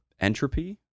Entropy